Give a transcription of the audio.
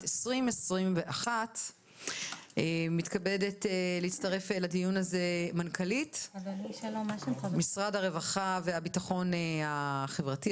2021. מתכבדת להצטרף לדיון הזה מנכ"לית משרד הרווחה והביטחון החברתי,